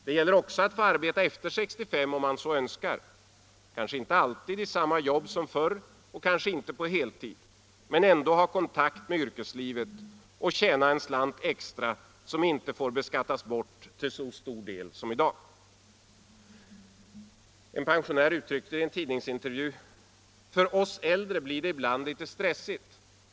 Det gäller också att få arbeta efter 65 om man så önskar — kanske inte alltid i samma jobb som förr och kanske inte heltid men ändå ha kontakt med yrkeslivet och tjäna en slant extra, som inte får beskattas bort till så stor del som i dag. Som en pensionär uttryckte det i en tidningsintervju: ”För oss äldre blir det ibland litet stressigt.